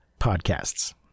podcasts